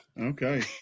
Okay